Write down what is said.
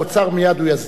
מייד הוא יסדיר את זה,